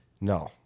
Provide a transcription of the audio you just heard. No